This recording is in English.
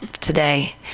today